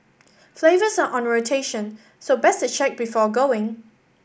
flavours are on rotation so best to check before going